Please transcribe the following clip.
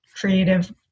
creative